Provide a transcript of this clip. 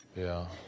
yeah,